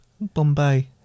Bombay